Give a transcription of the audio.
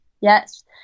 Yes